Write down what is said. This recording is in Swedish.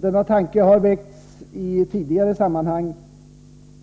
Denna tanke har väckts i tidigare sammanhang